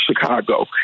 Chicago